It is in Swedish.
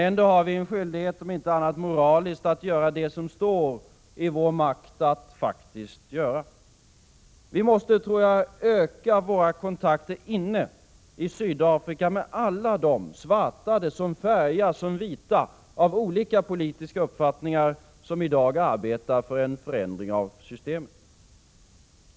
Ändå har vi en skyldighet, om inte annat moralisk, att göra det som står i vår makt att faktiskt göra. Vi måste, tror jag, öka våra kontakter inne i Sydafrika med alla dem — svarta som färgade som vita, av olika politiska uppfattningar — som i dag arbetar för en förändring av systemet.